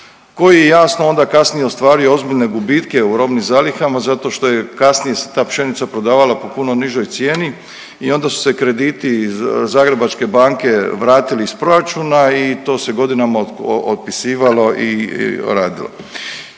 koji jasno onda kasnije je ostvario ozbiljne gubitke u robnim zalihama zato što kasnije se ta pšenica prodavala po puno nižoj cijeni i onda su se krediti iz Zagrebačke banke vratili iz proračuna i to se godinama otpisivalo i radilo.